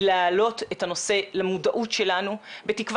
היא להעלות את הנושא למודעות שלנו בתקווה